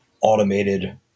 automated